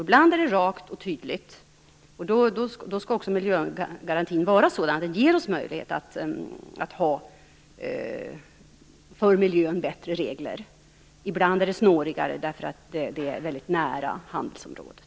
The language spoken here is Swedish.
Ibland är det rakt och tydligt, och då skall också miljögarantin vara sådan att den ger oss möjlighet att ha bättre regler för miljön. Ibland är det snårigare, eftersom det kommer väldigt nära handelsområdet.